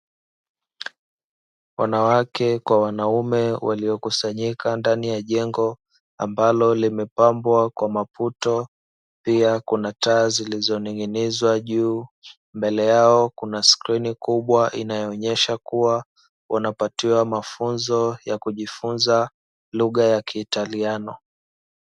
Wanawake kwa wanaume waliokusanyika ndani ya jengo ambalo limepambwa kwa maputo, pia kuna taa zilizoning'inizwa juu. Mbele yao kuna skrini kubwa inayoonyesha kuwa wanapatiwa mafunzo ya kujifunza lugha ya kiitaliano.